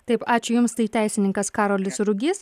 taip ačiū jums tai teisininkas karolis rugys